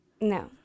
No